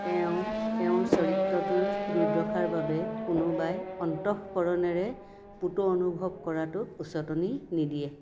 তেওঁ তেওঁৰ চৰিত্ৰটোৰ দুৰ্দশাৰ বাবে কোনোবাই অন্তঃকৰণেৰে পুতৌ অনুভৱ কৰাটোক উচটনি নিদিয়ে